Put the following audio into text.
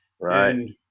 Right